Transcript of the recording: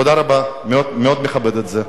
תודה רבה, אני מאוד מכבד את זה.